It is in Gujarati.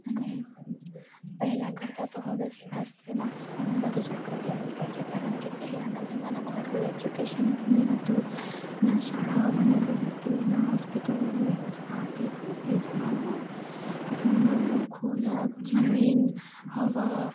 અને પહેલા કરતાં તો હવે સ્વાસ્થ્યમાં ઘણું બધું જાગૃતિ આવી ગઈ છે કારણ કે પહેલાના જમાનામાં આટલું એજ્યુકેશનની હતું ન શાળાઓ બનેલી હતી ન હોસ્પિટલોની વ્યવસ્થા હતી પણ એ જમાનામાં જમવાનું ખોરાક જમીન હવા